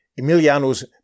Emiliano's